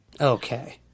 Okay